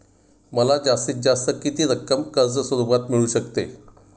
मला जास्तीत जास्त किती रक्कम कर्ज स्वरूपात मिळू शकते?